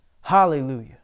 Hallelujah